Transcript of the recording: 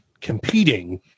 competing